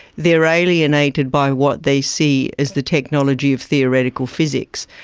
they are alienated by what they see as the technology of theoretical physics.